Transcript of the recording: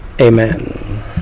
Amen